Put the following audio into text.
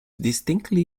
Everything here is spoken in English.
distinctly